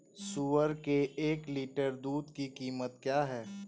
सुअर के एक लीटर दूध की कीमत क्या है?